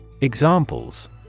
Examples